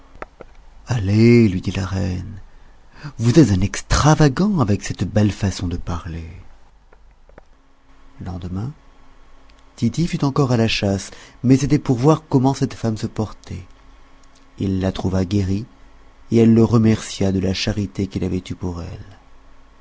allez lui dit la reine vous êtes un extravagant avec cette belle façon de parler le lendemain tity fut encore à la chasse mais c'était pour voir comment cette femme se portait il la trouva guérie et elle le remercia de la charité qu'il avait eue pour elle